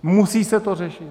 Musí se to řešit!